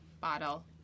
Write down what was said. bottle